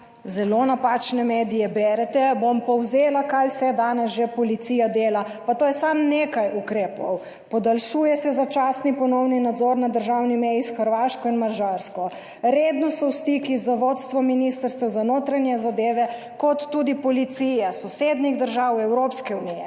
zelo napačne medije berete. Bom povzela, kaj vse danes že policija dela, pa to je samo nekaj ukrepov. Podaljšuje se začasni ponovni nadzor na državni meji s Hrvaško in Madžarsko, redno so v stiku z vodstvom ministrstev za notranje zadeve kot tudi policije sosednjih držav Evropske unije,